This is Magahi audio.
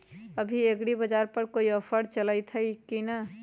अभी एग्रीबाजार पर कोई ऑफर चलतई हई की न?